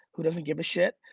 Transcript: who doesn't give a shit,